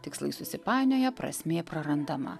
tikslai susipainioja prasmė prarandama